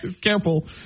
Careful